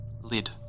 lid